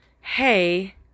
Hey